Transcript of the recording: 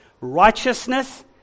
righteousness